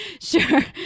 Sure